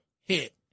hit